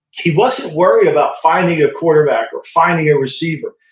he wasn't worried about finding a quarterback, or finding a receiver,